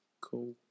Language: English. cool